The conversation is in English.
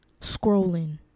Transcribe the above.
scrolling